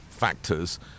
factors